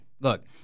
Look